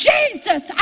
Jesus